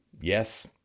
Yes